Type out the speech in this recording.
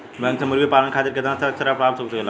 Bank से मुर्गी पालन खातिर कितना तक ऋण प्राप्त हो सकेला?